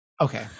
okay